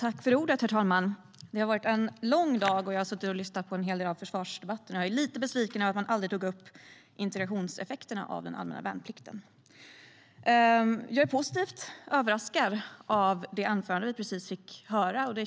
Herr talman! Det har varit en lång dag då jag suttit och lyssnat på en hel del av försvarsdebatten. Jag är lite besviken över att man aldrig tog upp integrationseffekterna av den allmänna värnplikten. Jag är positivt överraskad av det anförande vi precis fick höra.